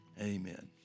Amen